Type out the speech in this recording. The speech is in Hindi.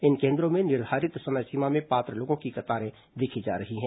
इन केन्द्रो में निर्धारित समय सीमा में पात्र लोगों की कतारें देखी जा रही हैं